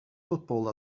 football